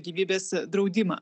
gyvybės draudimą